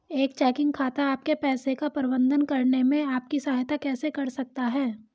एक चेकिंग खाता आपके पैसे का प्रबंधन करने में आपकी सहायता कैसे कर सकता है?